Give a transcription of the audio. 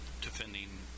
defending